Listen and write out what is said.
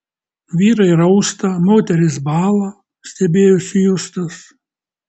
vyrai rausta moterys bąla stebėjosi justas